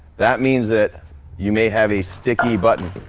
that means that you may have a sticky button.